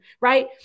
right